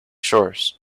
shores